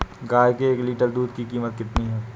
गाय के एक लीटर दूध की कीमत कितनी है?